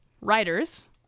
writers